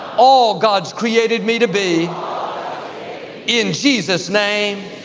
all god's created me to be in jesus's name.